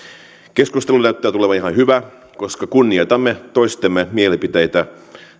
keskustelusta näyttää tulevan ihan hyvä koska kunnioitamme toistemme mielipiteitä